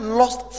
lost